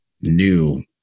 new